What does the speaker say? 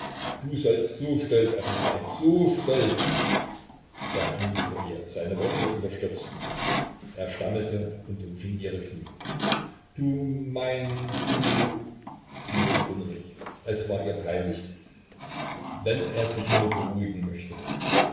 du sollst so stolz auf mich sein so stolz er kniete vor ihr seine worte überstürzten sich er stammelte und umfing ihre knie du mein du sie wurde unruhig es war ihr peinlich wenn er sich nur beruhigen möchte